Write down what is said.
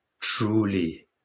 truly